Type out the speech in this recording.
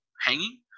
hanging